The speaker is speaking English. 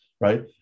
right